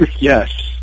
Yes